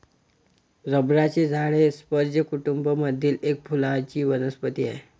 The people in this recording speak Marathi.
रबराचे झाड हे स्पर्ज कुटूंब मधील एक फुलांची वनस्पती आहे